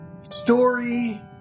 story